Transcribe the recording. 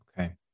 Okay